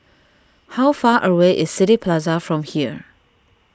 how far away is City Plaza from here